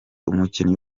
umukinnyi